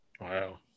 Wow